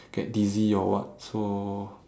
get dizzy or what so